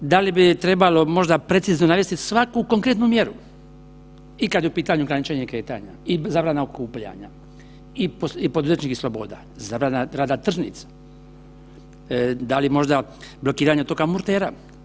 Da li bi trebalo možda precizno navesti svaku konkretnu mjeru i kad je u pitanju ograničenje kretanja i zabrana okupljanja i poduzetničkih sloboda, zabrana rada tržnica, da li možda blokiranje otoka Murtera?